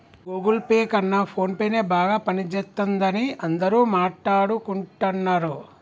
Google Pay కన్నా ఫోన్పేనే బాగా పనిజేత్తందని అందరూ మాట్టాడుకుంటన్నరు